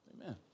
Amen